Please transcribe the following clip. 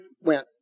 went